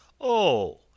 Oh